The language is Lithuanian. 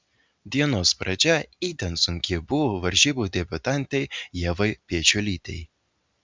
dienos pradžia itin sunki buvo varžybų debiutantei ievai pečiulytei